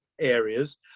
areas